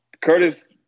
Curtis